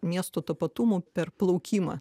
miestų tapatumu per plaukimą